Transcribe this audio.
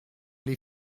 les